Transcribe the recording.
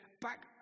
back